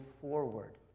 forward